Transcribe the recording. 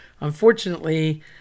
unfortunately